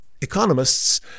Economists